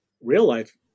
real-life